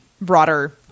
broader